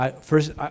first